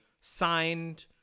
signed